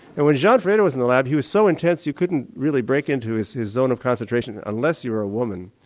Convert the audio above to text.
and when gianfredo was in the lab he was so intense you couldn't really break into his his zone of concentration unless you were a woman.